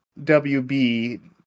WB